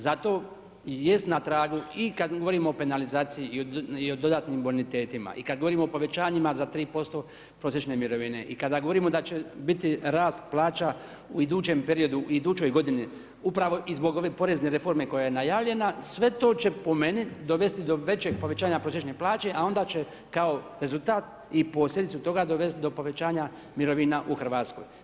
Zato i jest na tragu i kada govorimo o penalizaciji o dodatnim bonitetima i kada govorimo o povećanjima za 3% prosječne mirovine i kada govorimo da će biti rast plaća u idućem periodu, u idućoj godini upravo i zbog ove porezne reforme koja je najavljena, sve to će po meni, dovesti do većeg povećanja prosječne plaće, a onda će kao rezultat i posljedicu toga dovesti do povećanja mirovina u Hrvatskoj.